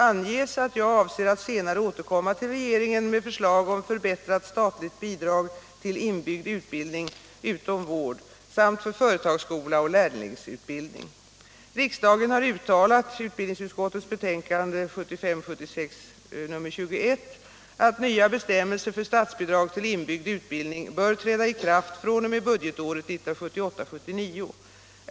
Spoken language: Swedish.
12 s. 320, 337) anges att jag avser att senare återkomma till regeringen med förslag om förbättrat statligt bidrag till inbyggd utbildning utom vård, samt för företagsskola och lärlingsutbildning. Riksdagen har uttalat (UbU 1975 79.